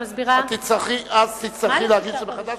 אז תצטרכי להגיש מחדש.